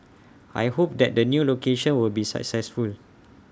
I hope that the new location will be successful